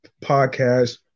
podcast